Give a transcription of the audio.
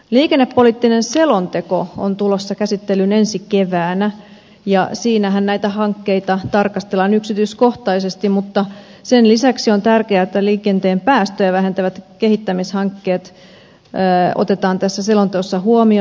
liikennepoliittinen selonteko on tulossa käsittelyyn ensi keväänä ja siinähän näitä hankkeita tarkastellaan yksityiskohtaisesti mutta sen lisäksi on tärkeää että liikenteen päästöjä vähentävät kehittämishankkeet otetaan tässä selonteossa huomioon